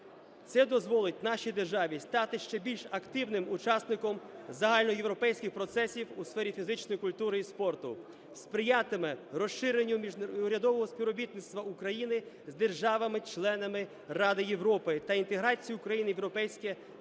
Це дозволить нашій державі стати ще більш активним учасником загальноєвропейських процесів у сфері фізичної культури і спорту, сприятиме розширенню урядового співробітництва України з державами-членами Ради Європи та інтеграції України в європейське та